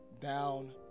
down